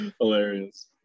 Hilarious